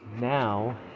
Now